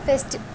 pest